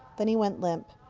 then he went limp.